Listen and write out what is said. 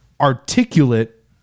articulate